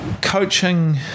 coaching